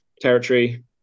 territory